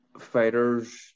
fighters